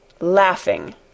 laughing